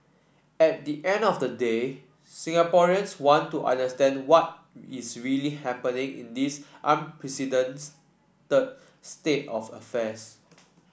at the end of the day Singaporeans want to understand what is really happening in this state of affairs